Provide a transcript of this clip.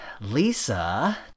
Lisa